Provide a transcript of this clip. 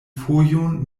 fojon